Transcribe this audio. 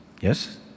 yes